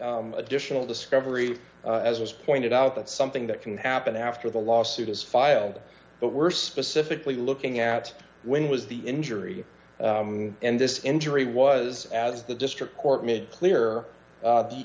at additional discovery as was pointed out that's something that can happen after the lawsuit is filed but we're specifically looking at when was the injury and this injury was as the district court made clear